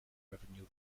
revenue